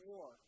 War